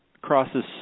crosses